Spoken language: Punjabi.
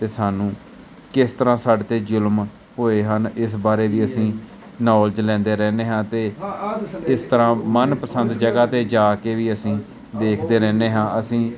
ਅਤੇ ਸਾਨੂੰ ਕਿਸ ਤਰ੍ਹਾਂ ਸਾਡੇ 'ਤੇ ਜ਼ੁਲਮ ਹੋਏ ਹਨ ਇਸ ਬਾਰੇ ਲਈ ਅਸੀਂ ਨੌਲਜ਼ ਲੈਂਦੇ ਰਹਿੰਦੇ ਹਾਂ ਅਤੇ ਇਸ ਤਰ੍ਹਾਂ ਮਨ ਪਸੰਦ ਜਗ੍ਹਾ 'ਤੇ ਜਾ ਕੇ ਵੀ ਅਸੀਂ ਦੇਖਦੇ ਰਹਿੰਦੇ ਹਾਂ ਅਸੀਂ